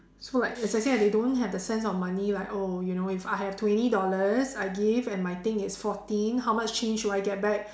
so like as I say ah they don't have the sense of money like oh you know if I have twenty dollars I give and my thing is fourteen how much change should I get back